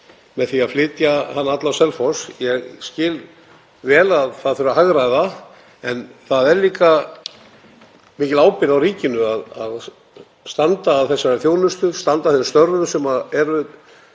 með því að flytja hana alla á Selfoss. Ég skil vel að það þurfi að hagræða en það er líka mikil ábyrgð á ríkinu að standa að þessari þjónustu, standa að þeim störfum sem eru